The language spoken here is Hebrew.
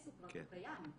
הוא כבר קיים.